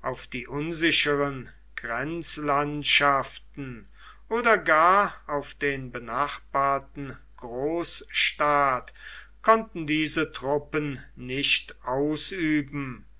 auf die unsicheren grenzlandschaften oder gar auf den benachbarten großstaat konnten diese truppen nicht ausüben